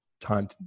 time